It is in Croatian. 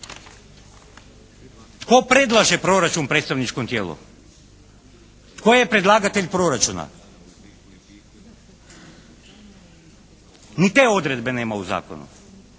Tko predlaže proračun predstavničkom tijelu? Tko je predlagatelj proračuna? Ni te odredbe nema u zakonu.